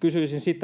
kysyisin: